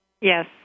Yes